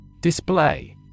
Display